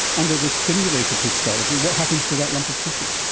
under this simulated histology, what happens to that lump of tissue?